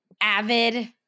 avid